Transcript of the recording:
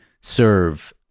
serve